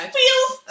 feels